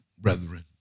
brethren